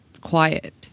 quiet